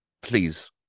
please